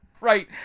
Right